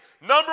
Number